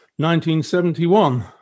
1971